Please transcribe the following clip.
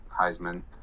Heisman